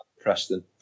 Preston